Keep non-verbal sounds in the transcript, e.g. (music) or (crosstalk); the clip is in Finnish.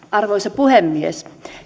(unintelligible) arvoisa puhemies